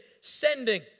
Sending